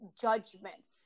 judgments